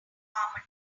harmony